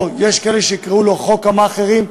או יש כאלה שיקראו לו חוק המאכערים,